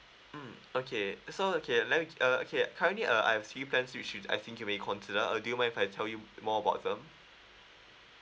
mm okay uh so okay let me uh okay currently uh I have three plans which you I think you may consider uh do you mind if I tell you more about them